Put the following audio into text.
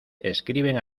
escriben